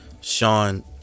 Sean